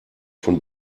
von